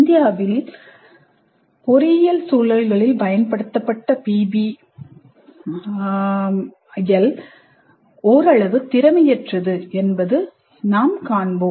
இந்தியாவில் பொறியியல் சூழல்களில் செயல்படுத்த PBI ஓரளவு திறமையற்றது என்பதை நாம் காண்போம்